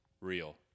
Real